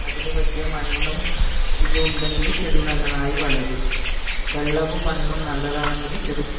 അതിന് പറ്റിയ മണ്ണും ഇതും ഉണ്ടെങ്കിൽ ചെടി നല്ലതായി വളരും വെള്ളവും മണ്ണും നല്ലതാണെങ്കിൽ ചെടി